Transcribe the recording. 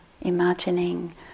imagining